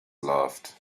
loved